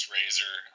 Razor